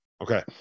Okay